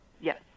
Yes